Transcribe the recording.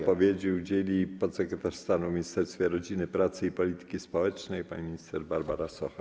Odpowiedzi udzieli podsekretarz stanu w Ministerstwie Rodziny, Pracy i Polityki Społecznej pani minister Barbara Socha.